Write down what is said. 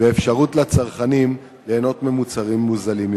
והאפשרות של הצרכנים ליהנות ממוצרים מוזלים יותר.